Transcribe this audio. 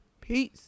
Peace